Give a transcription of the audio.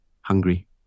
hungry